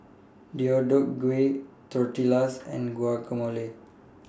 Deodeok Gui Tortillas and Guacamole